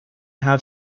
have